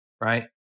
right